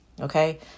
okay